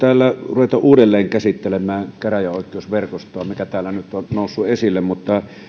ruveta uudelleen käsittelemään käräjäoikeusverkostoa mikä on täällä nyt noussut esille mutta